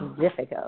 difficult